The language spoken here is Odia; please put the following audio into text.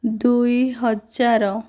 ଦୁଇହଜାର